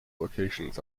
locations